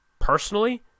Personally